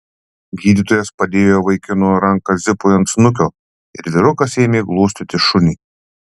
gydytojas padėjo vaikino ranką zipui ant snukio ir vyrukas ėmė glostyti šunį